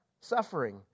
suffering